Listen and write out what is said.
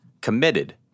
committed